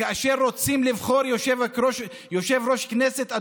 וכאשר רוצים לבחור יושב-ראש כנסת,